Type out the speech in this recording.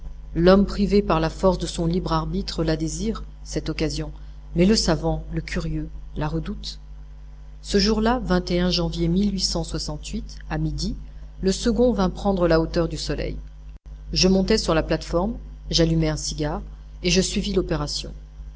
l'homme privé par la force de son libre arbitre la désire cette occasion mais le savant le curieux la redoute ce jour-là janvier à midi le second vint prendre la hauteur du soleil je montai sur la plate-forme j'allumai un cigare et je suivis l'opération